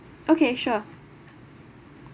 okay sure